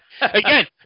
Again